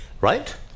Right